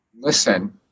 listen